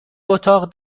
اتاق